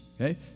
okay